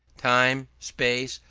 time, space,